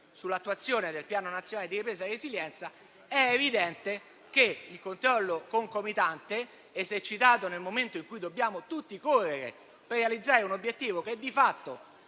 sull'attuazione del Piano nazionale di ripresa e resilienza e ci sarebbe molto da dire al riguardo - esercitato nel momento in cui dobbiamo tutti correre per realizzare un obiettivo, che di fatto